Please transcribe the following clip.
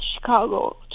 Chicago